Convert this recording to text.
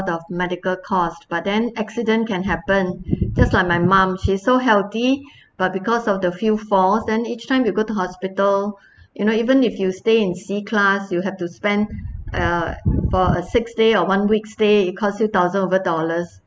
the medical cost but then accident can happen just like my mum she's so healthy but because of the few falls then each time you go to hospital you know even if you stay in C class you have to spend uh for a six day or one week stay it cost you thousand over dollars